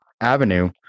avenue